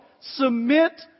Submit